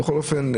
בכל אופן,